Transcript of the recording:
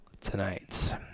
tonight